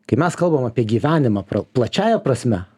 kai mes kalbam apie gyvenimą pra plačiąja prasme